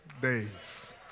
days